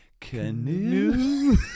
Canoe